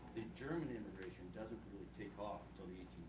german immigration doesn't really take off until the